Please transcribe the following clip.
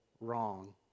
wrong